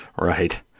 Right